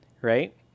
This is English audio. right